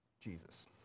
Jesus